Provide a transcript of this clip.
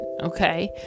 okay